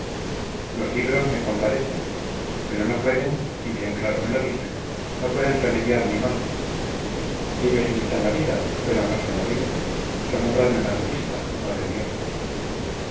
los libros me compadecen pero no pueden y bien claro me lo dicen no pueden remediar mi mal ellos imitan la vida pero no son la vida son obra de un artista no de dios